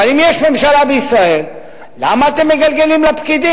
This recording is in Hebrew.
אבל אם יש ממשלה בישראל, למה אתם מגלגלים לפקידים?